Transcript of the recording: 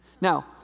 Now